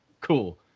cool